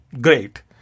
great